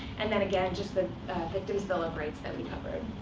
and then again, just the victim's bill of rights that we covered.